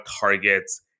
targets